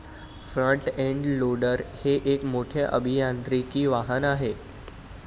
front end loader हे एक मोठे अभियांत्रिकी वाहन आहे